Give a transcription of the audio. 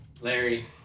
Larry